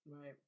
Right